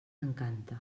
encanta